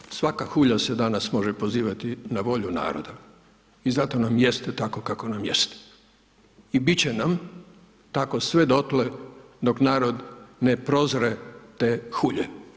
Jeste, svaka hulja se danas može pozivati na volju naroda i zato nam jeste tako kako nam jeste i biti će nam tako sve dotle dok narod ne prozre te hulje.